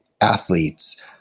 athletes